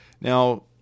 now